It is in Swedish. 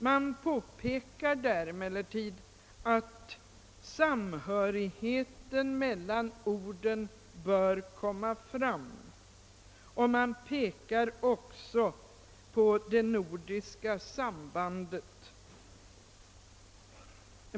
Man påpekar där emellertid, att samhörigheten mellan orden bör komma fram, och man pekar även på det nordiska sambandet.